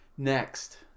Next